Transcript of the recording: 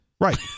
Right